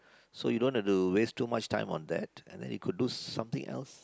so you don't wanna to waste too much time on that and then you could do something else